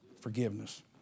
Forgiveness